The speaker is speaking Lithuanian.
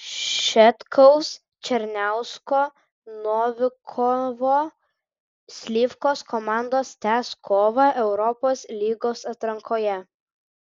šetkaus černiausko novikovo slivkos komandos tęs kovą europos lygos atrankoje